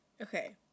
Okay